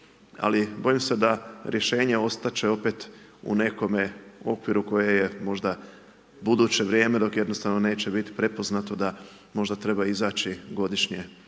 Ali, bojim se da rješenje, ostati će opet u nekome okviru, koje je možda, buduće vrijeme, dok jednostavno neće biti prepoznato da možda treba izaći godišnje